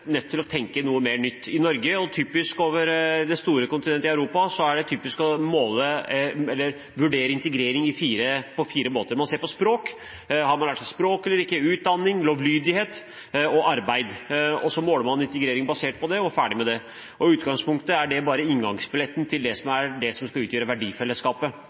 til å tenke mer nytt. I Norge og på det store europeiske kontinentet er det typisk å vurdere integrering på fire måter: Man ser på språk – har man lært seg språket eller ikke – utdanning, lovlydighet og arbeid. Og så måler man integreringen basert på det, ferdig med det. I utgangspunktet er det bare inngangsbilletten til det som skal utgjøre det verdifellesskapet eller uenighetsfellesskapet som